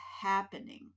happening